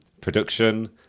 production